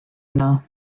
yno